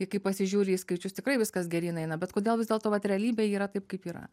ir kai pasižiūri į skaičius tikrai viskas geryn eina bet kodėl vis dėlto vat realybė yra taip kaip yra